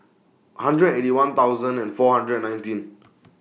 hundred Eighty One thousand and four hundred nineteen